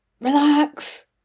relax